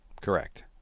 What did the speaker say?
correct